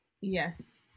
Yes